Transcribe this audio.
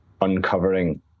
uncovering